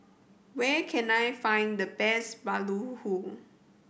where can I find the best baluhu